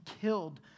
killed